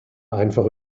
einfach